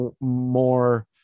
more